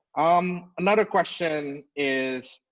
um another question is